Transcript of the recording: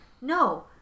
No